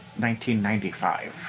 1995